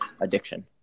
addiction